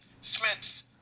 Smiths